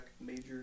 Major